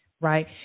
right